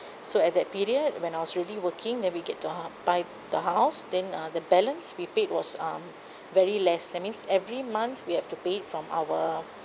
so at that period when I was really working then we get to H~ buy the house then uh the balance we paid was um very less that means every month we have to pay it from our